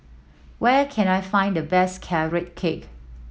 where can I find the best Carrot Cake